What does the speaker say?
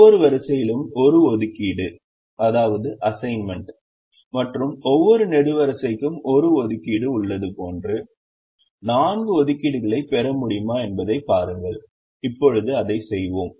ஒவ்வொரு வரிசையிலும் 1 ஒதுக்கீடு மற்றும் ஒவ்வொரு நெடுவரிசைக்கும் 1 ஒதுக்கீடு உள்ளது போன்ற 4 ஒதுக்கீடுகளைப் பெற முடியுமா என்பதைப் பாருங்கள் இப்போது அதைச் செய்வோம்